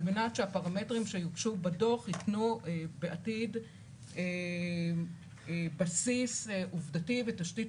מנת שהפרמטרים שיוגשו בדוח יתנו בעתיד בסיס עובדתי ותשתית